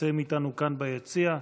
שנמצאים איתנו כאן ביציע,